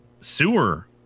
sewer